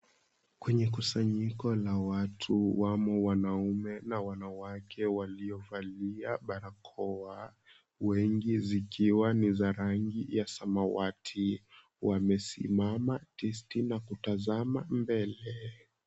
Kwenye kusanyiko la watu, wamo wanaume na wanawake waliovalia barakoa, wengi zikiwa ni za rangi ya samawati, wamesimama tisti na kutazama mbele.